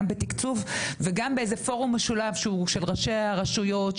גם בתקצוב וגם באיזה פורום משולב של ראשי הרשויות,